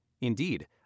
Indeed